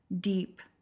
deep